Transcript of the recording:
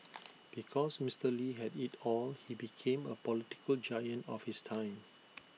because Mister lee had IT all he became A political giant of his time